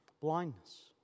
blindness